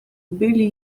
byli